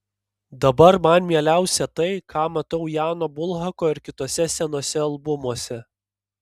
dabar man mieliausia tai ką matau jano bulhako ir kituose senuose albumuose